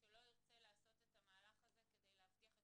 שלא ירצה לעשות את המהלך הזה כדי להבטיח את